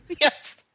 Yes